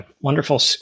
Wonderful